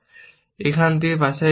আপনি এখান থেকে একটি বাছাই করছেন